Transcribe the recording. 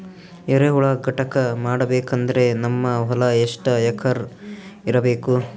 ಎರೆಹುಳ ಘಟಕ ಮಾಡಬೇಕಂದ್ರೆ ನಮ್ಮ ಹೊಲ ಎಷ್ಟು ಎಕರ್ ಇರಬೇಕು?